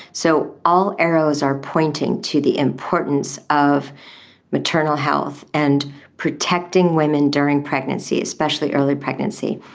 so all arrows are pointing to the importance of maternal health and protecting women during pregnancy, especially early pregnancy.